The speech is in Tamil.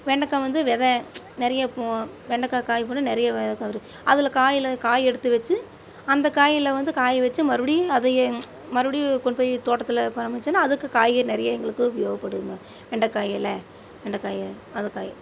வெண்டைக்கா வந்து வெதை நிறைய பூ வெண்டைக்கா காய் போட்டால் நிறைய விதை வரும் அதில் காயில் காய் எடுத்து வெச்சு அந்த காயில் வந்து காய் வச்சு மறுபடியும் அதையே மறுபடியும் கொண்டு போய் தோட்டத்தில் பராமரித்தோனா அதுக்கு காய்கறி நிறைய எங்களுக்கு உபயோகப்படுதுங்க வெண்டைக்காயில வெண்டைக்காயில அதை காய்